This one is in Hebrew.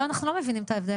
לא, אנחנו לא מבינים את ההבדל.